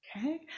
Okay